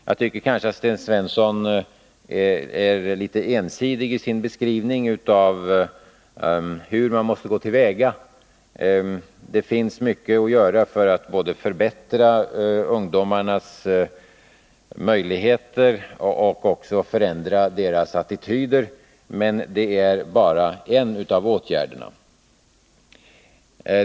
Jag tycker att Sten Svensson är litet för ensidig i sin beskrivning av hur man måste gå till väga. Det finns mycket att göra både för att förbättra ungdomarnas möjligheter och för att förändra deras attityder. Detta är bara en av åtgärderna.